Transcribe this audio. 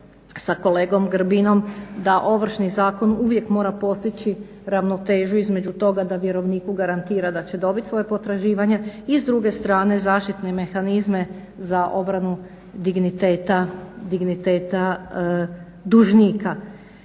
sa kolegom Grbinom da Ovršni zakon uvijek mora postići ravnotežu između toga da vjerovniku garantira da će dobiti svoje potraživanje i s druge strane zaštitne mehanizme za obranu digniteta dužnika.